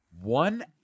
one